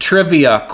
Trivia